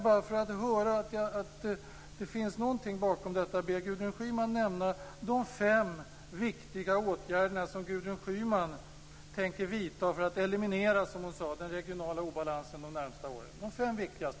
Bara för att höra om det finns något bakom detta skall jag be Gudrun Schyman att nämna de fem viktigaste åtgärder som hon tänker vidta för att eliminera, som hon sade, den regionala obalansen de närmaste åren. Nämn bara de fem viktigaste!